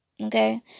okay